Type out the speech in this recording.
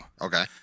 okay